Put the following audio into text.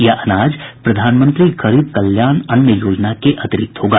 यह अनाज प्रधानमंत्री गरीब कल्याण अन्न योजना के अतिरिक्त होगा